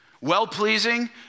Well-pleasing